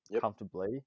comfortably